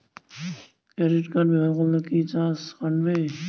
Credit card ব্যাবহার করলে কি চার্জ কাটবে?